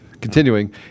Continuing